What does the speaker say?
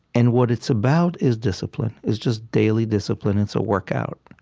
and what it's about is discipline. it's just daily discipline. it's a workout.